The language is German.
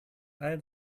all